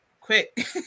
quick